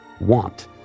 want